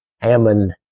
Hammond